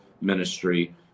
ministry